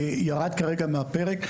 ירד כרגע מהפרק.